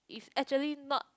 is actually not